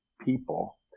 people